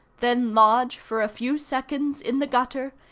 then lodge, for a few seconds, in the gutter,